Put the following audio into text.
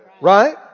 Right